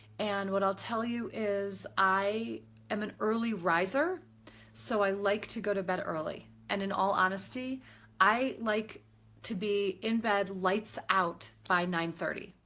and what i'll tell you is i am an early riser so i like to go to bed early. and in all honesty i like to be in bed, lights out by nine thirty.